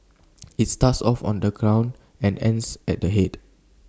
IT starts off on the ground and ends at the Head